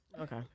Okay